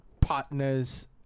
partner's